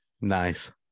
nice